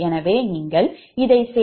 எனவே நீங்கள் இதைச் சேர்த்தால் அது 0